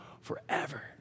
forever